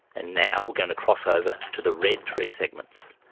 and now we're going to cross over to the red three segments.